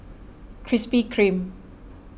Krispy Kreme